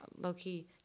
Low-key